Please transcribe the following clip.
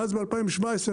ואז ב-2017,